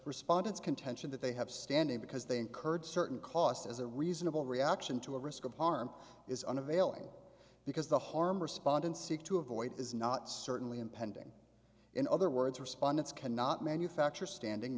respondents contention that they have standing because they incurred certain cost as a reasonable reaction to a risk of harm is unavailing because the harm respondents seek to avoid is not certainly impending in other words respondents cannot manufacture standing